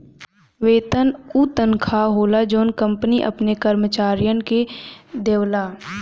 वेतन उ तनखा होला जौन कंपनी अपने कर्मचारियन के देवला